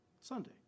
Sunday